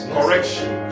Correction